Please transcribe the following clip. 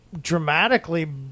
dramatically